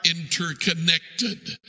interconnected